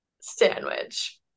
sandwich